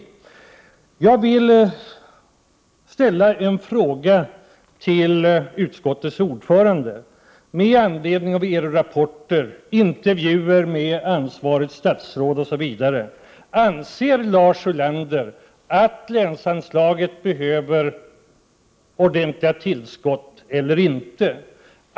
Jag vill ställa en fråga till utskottets ordförande med anledning av rapporter, intervjuer med ansvarigt statsråd, osv.: Anser Lars Ulander att länsanslaget behöver ordentliga tillskott eller inte?